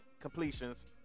completions